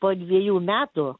po dviejų metų